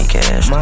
cash